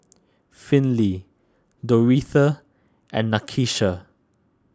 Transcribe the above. Finley Doretha and Nakisha